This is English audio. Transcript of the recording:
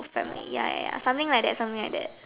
family ya ya ya something like that something like that